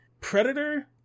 Predator